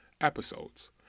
episodes